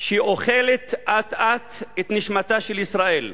שאוכלת אט-אט את נשמתה של ישראל.